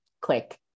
click